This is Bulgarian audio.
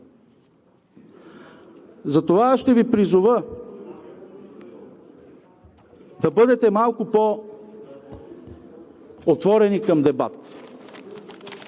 Затова ще Ви призова да бъдете малко по-отворени към дебат,